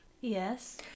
Yes